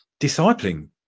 discipling